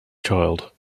child